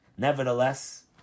Nevertheless